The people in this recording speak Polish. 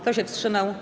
Kto się wstrzymał?